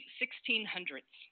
1600s